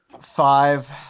Five